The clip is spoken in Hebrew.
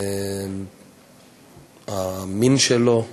המין שלו,